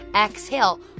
Exhale